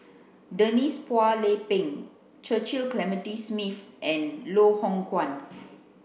Denise Phua Lay Peng Clementi Smith and Loh Hoong Kwan